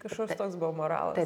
kažkoks toks buvo moralas